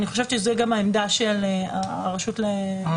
אני חושבת שזאת גם העמדה של הרשות ליישום,